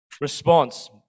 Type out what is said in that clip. response